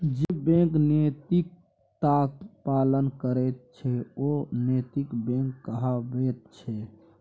जे बैंक नैतिकताक पालन करैत छै ओ नैतिक बैंक कहाबैत छै